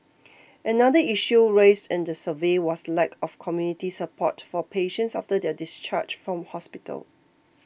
another issue raised in the survey was the lack of community support for patients after their discharge from hospital